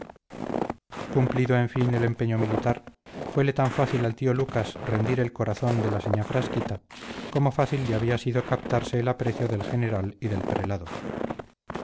cumplido en fin el empeño militar fuele tan fácil al tío lucas rendir el corazón de la señá frasquita como fácil le había sido captarse el aprecio del general y del prelado